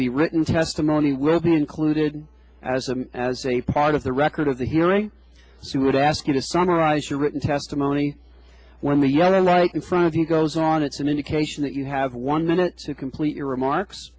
the written testimony will be included as a as a part of the record of the hearing he would ask you to summarize your written testimony when the yellow light in front of you goes on it's an indication that you have one minutes to complete your remarks